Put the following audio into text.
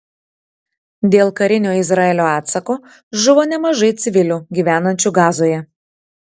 dėl karinio izraelio atsako žuvo nemažai civilių gyvenančių gazoje